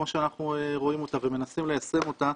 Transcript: כמו שאנחנו רואים אותה ומנסים ליישם אותה,